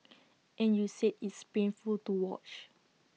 and you said it's painful to watch